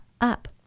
up